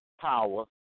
power